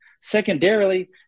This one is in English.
secondarily